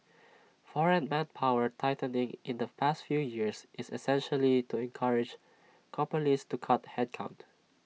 foreign manpower tightening in the past few years is essentially to encourage companies to cut headcount